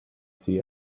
see